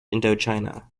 indochina